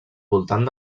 voltant